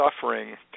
suffering